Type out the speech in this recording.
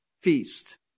feast